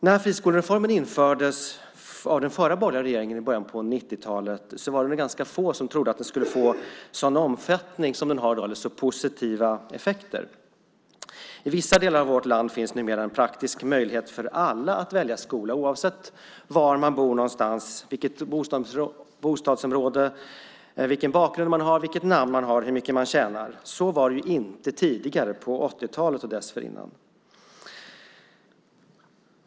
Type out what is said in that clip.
När friskolereformen i början av 1990-talet infördes av den förra borgerliga regeringen var det väl ganska få som trodde att den skulle få en sådan omfattning som den i dag har och så positiva effekter. I vissa delar av vårt land finns det numera i praktiken en möjlighet för alla att välja skola oavsett var man bor - oavsett vilket bostadsområde man bor i - och oavsett vilken bakgrund och vilket namn man har liksom hur mycket man tjänar. Så var det inte på 1980-talet och dessförinnan.